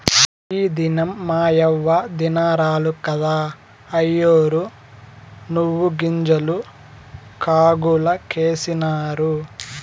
ఈ దినం మాయవ్వ దినారాలు కదా, అయ్యోరు నువ్వుగింజలు కాగులకేసినారు